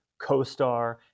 CoStar